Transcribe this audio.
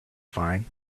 fine